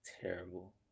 terrible